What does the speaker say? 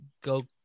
go